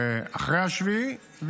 אחרי 7 באוקטובר.